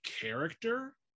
character